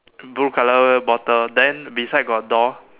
blue color bottle then beside got door